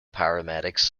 paramedics